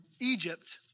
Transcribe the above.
Egypt